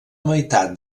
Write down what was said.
meitat